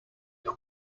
you